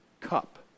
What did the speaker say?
cup